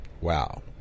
wow